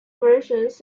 versions